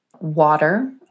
water